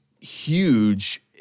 huge